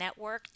Networked